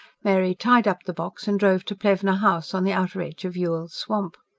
mary tied up the box and drove to plevna house, on the outer edge of yuille's swamp.